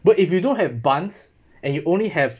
but if you don't have buns and you only have